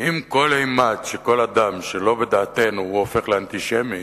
אם כל אימת שכל אדם שלא בדעתנו הופך לאנטישמי,